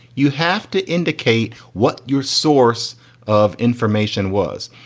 you have to indicate what your source of information was.